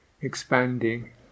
expanding